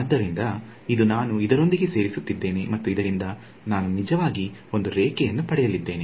ಆದ್ದರಿಂದ ಇದು ನಾನು ಇದರೊಂದಿಗೆ ಸೇರಿಸುತ್ತಿದ್ದೇನೆ ಮತ್ತು ಇದರಿಂದ ನಾನು ನಿಜವಾಗಿ ಒಂದು ರೇಖೆಯನ್ನು ಪಡೆಯಲಿದ್ದೇನೆ